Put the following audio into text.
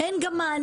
אין גם מענה.